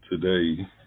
today